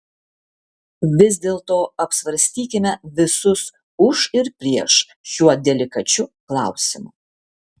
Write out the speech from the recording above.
vis dėlto apsvarstykime visus už ir prieš šiuo delikačiu klausimu